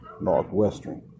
Northwestern